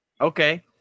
Okay